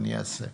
אני אעשה.